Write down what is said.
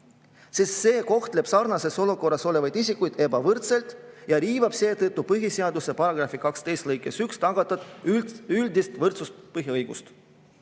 sest see kohtleb sarnases olukorras olevaid isikuid ebavõrdselt ja riivab seetõttu põhiseaduse § 12 lõikes 1 tagatud üldise võrdsuse põhiõigust.